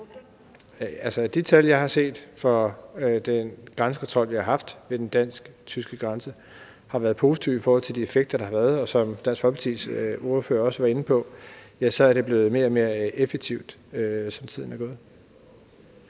de tal, jeg har set fra den grænsekontrol, vi har haft ved den dansk-tyske grænse, har været positive i forhold til den effekt, der har været. Og som Dansk Folkepartis ordfører også var inde på, er det blevet mere og mere effektivt, som tiden er gået.